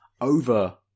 over